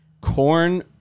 Corn